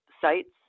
sites